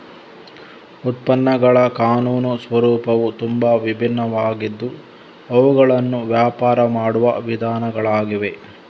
ಉತ್ಪನ್ನಗಳ ಕಾನೂನು ಸ್ವರೂಪವು ತುಂಬಾ ವಿಭಿನ್ನವಾಗಿದ್ದು ಅವುಗಳನ್ನು ವ್ಯಾಪಾರ ಮಾಡುವ ವಿಧಾನಗಳಾಗಿವೆ